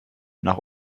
nach